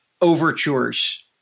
overtures